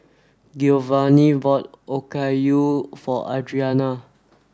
Giovanny bought Okayu for Audrina